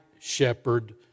shepherd